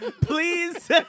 please